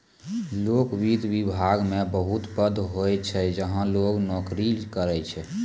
लोक वित्त विभाग मे बहुत पद होय छै जहां लोग नोकरी करै छै